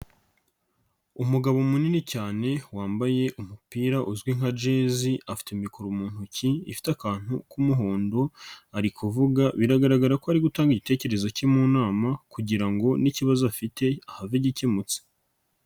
Umugabo munini cyane wambaye umupira uzwi nka jezi afite mikoro mu ntoki ifite akantu k'umuhondo ari kuvuga, biragaragara ko ari gutanga igitekerezo ke mu nama kugira ngo n'ikibazo afite ahave gikemutse.